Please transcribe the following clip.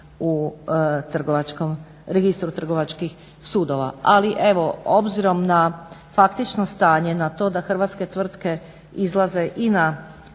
registru trgovačkih sudova. Ali evo obzirom na faktično stanje, na to da hrvatske tvrtke izlaze i na,